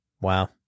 Wow